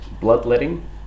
bloodletting